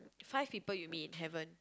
Five People You Meet in heaven